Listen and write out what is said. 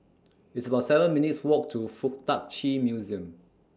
It's about seven minutes' Walk to Fuk Tak Chi Museum